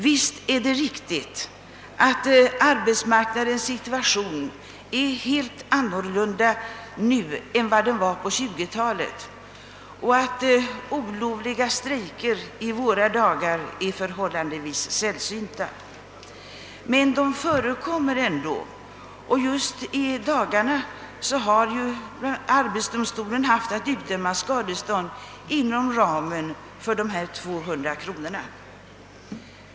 Visst är det riktigt att situatio nen på arbetsmarknaden nu är helt annorlunda än vad den var på 1920-talet och att olovliga strejker är förhållandevis sällsynta i våra dagar, men de förekommer ändå. Arbetsdomstolen har just 1 dagarna haft att utdöma skadestånd inom ramen för dessa 200 kronor.